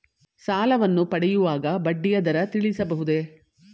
ಸಾಲವನ್ನು ಪಡೆಯುವಾಗ ಬಡ್ಡಿಯ ದರ ತಿಳಿಸಬಹುದೇ?